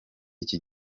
iki